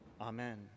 Amen